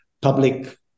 public